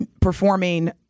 performing